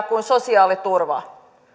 kuin sosiaaliturva